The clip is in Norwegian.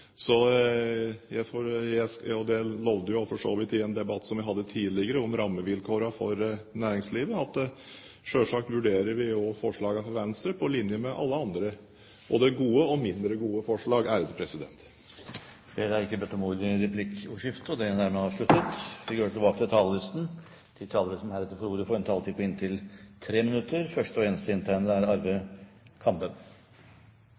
i en debatt vi hadde tidligere om rammevilkårene for næringslivet. Selvsagt vurderer vi også forslagene fra Venstre på linje med alle andre både gode og mindre gode forslag. Dermed er replikkordskiftet over. De talere som heretter får ordet, har en taletid på inntil 3 minutter. Dette er først og fremst for å svare på en del av de påstandene som